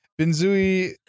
Benzui